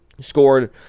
scored